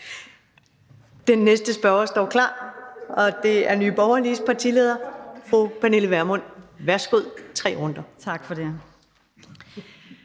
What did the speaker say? Den næste spørger står klar, og det er Nye Borgerliges partileder, fru Pernille Vermund. Værsgo, tre runder. Kl.